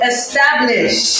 Establish